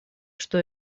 что